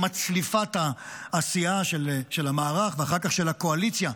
מצליפת הסיעה של המערך ואחר כך של הקואליציה,